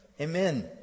Amen